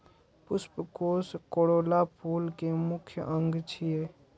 पुष्पकोष कोरोला फूल के मुख्य अंग छियै